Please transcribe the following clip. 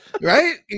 Right